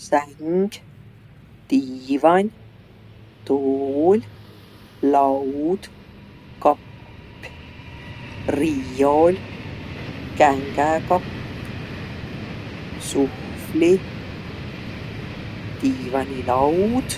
Säng, diivan, tuul, laud, kapp, riiol, kängäkapp, suhvli, diivanilaud.